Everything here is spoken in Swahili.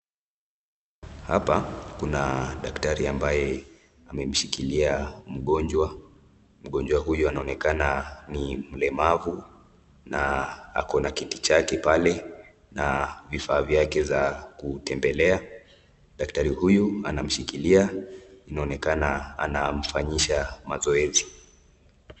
Hapa kuna daktari ambaye amemshikilia mgonjwa. Mgonjwa huyu anaonekana ni mlemavu na ako na kiti chake pale, na vifaa vyake za kutembelea, daktari huyu anamshikilia inaonekana anamfanyisha mazoezi.